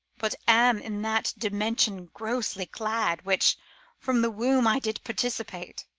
but am in that dimension grossly clad which from the womb i did participate.